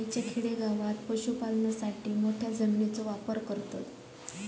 हयच्या खेडेगावात पशुपालनासाठी मोठ्या जमिनीचो वापर करतत